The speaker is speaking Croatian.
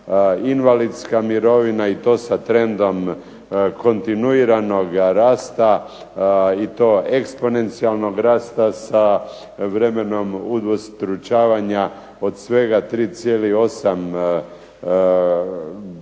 invalidska mirovina i to sa trendom kontinuiranog rasta i to eksponencijalnog rasta sa vremenom udvostručavanja od svega 3,8